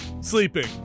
sleeping